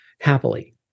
happily